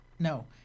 No